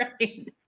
Right